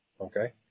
okay